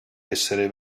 essere